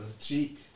cheek